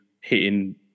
hitting